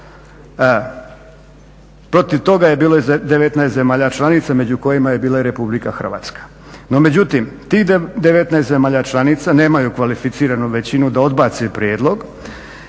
Protiv toga je bilo 19 zemalja članica među kojima je bila i Republika Hrvatska. No međutim, tih 19 zemalja članica nemaju kvalificiranu većinu da odbace prijedlog